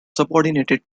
subordinated